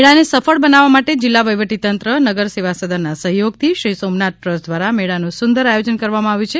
મેળાને સફળ બનાવવા જિલ્લા વહીવટી તંત્ર નગરસેવાસદનના સહયોગથી શ્રી સોમનાથ ટ્રસ્ટ દ્વારા મેળાનું સુંદર આયોજન કરવામાં આવ્યું છે